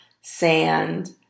sand